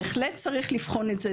בהחלט צריך לבחון את זה,